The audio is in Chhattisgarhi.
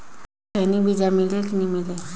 खैनी बिजा मिले कि नी मिले?